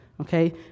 okay